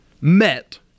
met